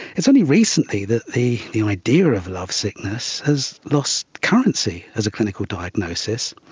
it's only recently that the the idea of love sickness has lost currency as a clinical diagnosis.